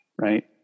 right